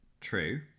true